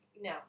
No